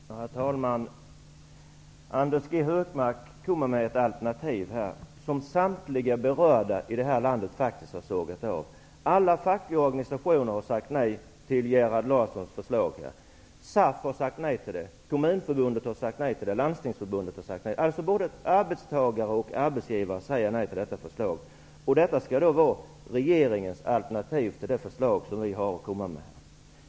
Herr talman! Anders G Högmark kommer med ett alternativ som samtliga berörda i det här landet faktiskt har ''sågat av''. Alla fackliga organisationer har sagt nej till Gerhard Larssons förslag. SAF har sagt nej till förslaget, likaså Kommunförbundet och Landstingsförbundet. Både arbetsgivare och arbetstagare säger alltså nej till detta förslag. Detta skall då vara regeringens alternativ till det förslag som vi har att komma med.